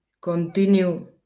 continue